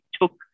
took